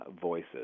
voices